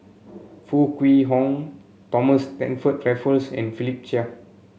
Foo Kwee Horng Thomas Stamford Raffles and Philip Chia